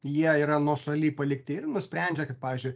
jie yra nuošaly palikti ir nusprendžia kad pavyzdžiui